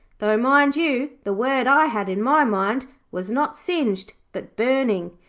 though mind you, the word i had in my mind was not singed, but burning.